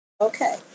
Okay